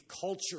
culture